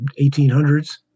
1800s